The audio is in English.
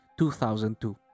2002